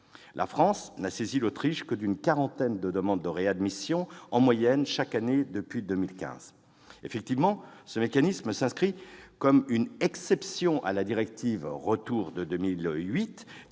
La France n'a saisi l'Autriche que d'une quarantaine de demandes de réadmission en moyenne chaque année depuis 2015. Ce mécanisme s'inscrit comme une exception à la directive Retour de 2008,